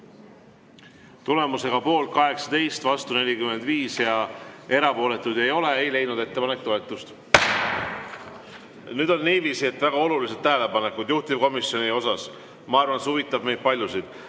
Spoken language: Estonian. Tulemusega poolt 18, vastu 45 ja erapooletuid ei ole, ei leidnud ettepanek toetust. Nüüd on niiviisi, et väga olulised tähelepanekud juhtivkomisjoniga seoses. Ma arvan, et see huvitab meist paljusid.